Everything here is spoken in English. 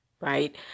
right